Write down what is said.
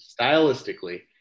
stylistically